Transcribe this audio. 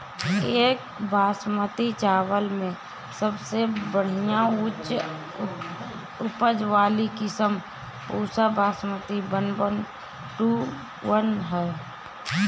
एक बासमती चावल में सबसे बढ़िया उच्च उपज वाली किस्म Pusa Basmati one one two one ह?